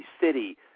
city